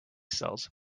sells